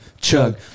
chug